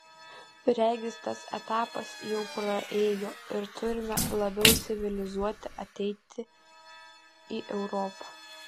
regis tas etapas jau praėjo ir turime labiau civilizuoti ateiti į europą